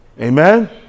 Amen